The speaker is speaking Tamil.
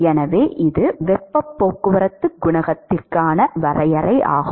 எனவே இது வெப்பப் போக்குவரத்து குணகத்திற்கான வரையறையாகும்